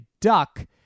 duck